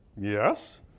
Yes